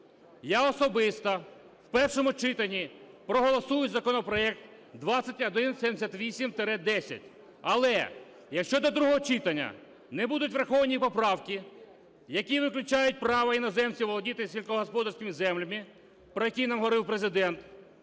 я особисто в першому читанні проголосую законопроект 2178-10. Але, якщо до другого читання не будуть враховані поправки, які виключають право іноземців володіти сільськогосподарськими землями, про які нам говорив Президент,